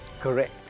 correct